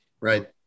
Right